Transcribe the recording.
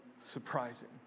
surprising